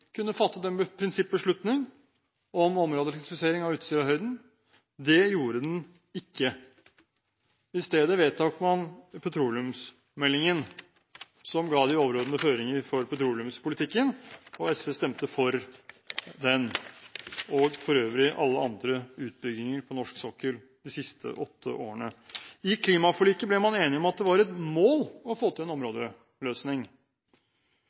kunne fattet en prinsippbeslutning om områdeelektrifisering av Utsirahøyden. Det gjorde den ikke. I stedet vedtok man petroleumsmeldingen, som ga de overordnete føringer for petroleumspolitikken. SV stemte for den – og for øvrig alle andre utbygginger på norsk sokkel de siste åtte årene. I klimaforliket ble man enig om at det var et mål å få til en